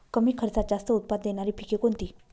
कमी खर्चात जास्त उत्पाद देणारी पिके कोणती?